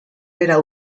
behera